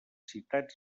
citats